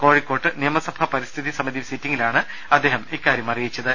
കോഴിക്കോട്ട് നിയമസഭ പരിസ്ഥിതി സമിതി സിറ്റിംഗിലാണ് അദ്ദേഹം ഇക്കാര്യം അറിയിച്ചത്